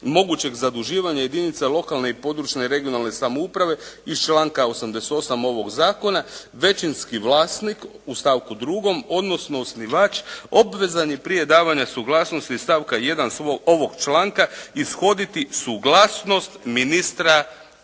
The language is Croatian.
mogućeg zaduživanja jedinica lokalne i područne regionalne samouprave iz članka 88. ovog zakona većinski vlasnik u stavku 2. odnosno osnivač obvezan je prije davanja suglasnosti iz stavka 1. ovog članka ishoditi suglasnost ministra financija.